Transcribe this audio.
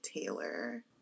Taylor